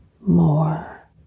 more